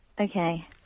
Okay